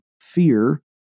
fear